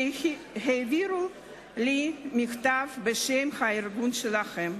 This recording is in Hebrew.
שהעבירו לי מכתב בשם הארגון שלהם.